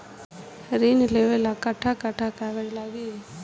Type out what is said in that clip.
ऋण लेवेला कट्ठा कट्ठा कागज लागी?